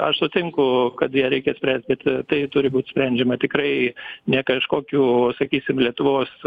aš sutinku kad ją reikia spręst bet tai turi būt sprendžiama tikrai ne kažkokių sakysim lietuvos